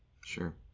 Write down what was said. Sure